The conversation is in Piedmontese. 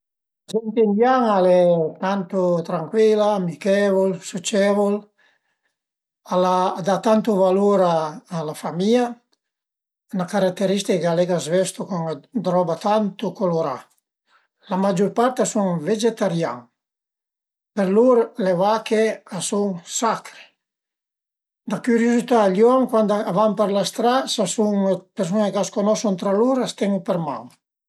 La lingua che parlu dë pi e capisu dë pi al e l'italian, pöi a ie ël patuà, a sarìa l'usitan, pöi ël piemunteis, pöi capisu abastansa bin, ma parlu pa trop ël franseis, capisu cuai parole, ma pochissime d'ingleis e cuai parole ën pi dë tedesch